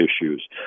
issues